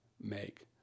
make